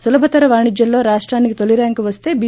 సులభతర వాణిజ్యంలో రాష్టానికి తొలి ర్యాంకు వస్తే బి